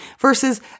Versus